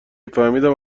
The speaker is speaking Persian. فهمیدم